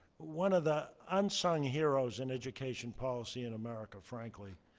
one of the unsung heroes in education policy in america, frankly.